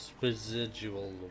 residual